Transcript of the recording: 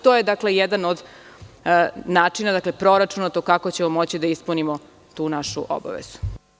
To je jedan od načina, proračunato kako ćemo da ispunimo tu našu obavezu.